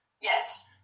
Yes